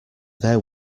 there